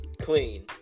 clean